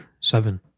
Seven